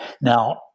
Now